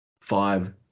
five